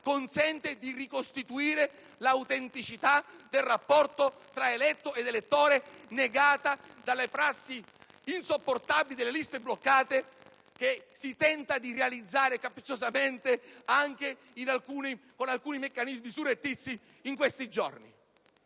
consente di ricostituire l'autenticità del rapporto tra eletto ed elettore, negata delle prassi insopportabili delle liste bloccate che in questi giorni si tenta di realizzare capziosamente, anche con alcuni meccanismi surrettizi. Anche questa volta